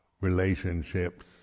relationships